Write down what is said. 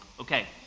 Okay